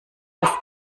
was